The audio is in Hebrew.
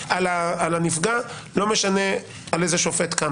ולא משנה מי השופט.